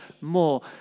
more